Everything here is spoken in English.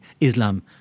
Islam